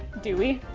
do we?